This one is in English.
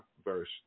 Verse